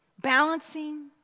Balancing